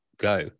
go